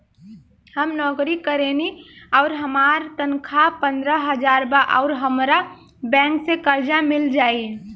हम नौकरी करेनी आउर हमार तनख़ाह पंद्रह हज़ार बा और हमरा बैंक से कर्जा मिल जायी?